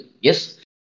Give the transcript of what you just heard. Yes